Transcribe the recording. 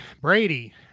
Brady